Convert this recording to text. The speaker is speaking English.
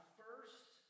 first